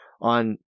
on